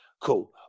Cool